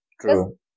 True